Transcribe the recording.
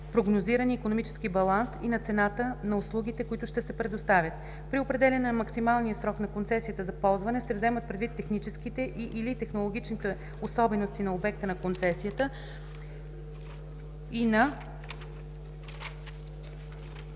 прогнозирания икономически баланс и на цената на услугите, които ще се предоставят. При определяне на максималния срок на концесията за ползване се вземат предвид техническите и/или технологичните особености на обекта на концесията и на